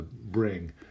bring